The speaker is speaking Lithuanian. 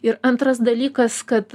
ir antras dalykas kad